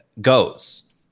goes